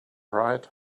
right